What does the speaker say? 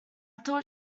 thought